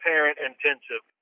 parent-intensive